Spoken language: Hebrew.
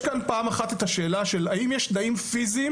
השאלה הראשונה היא האם יש תנאים פיזיים